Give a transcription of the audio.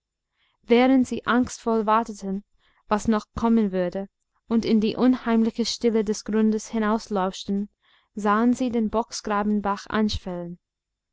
während sie angstvoll warteten was noch kommen würde und in die unheimliche stille des grundes hinauslauschten sahen sie den bocksgrabenbach anschwellen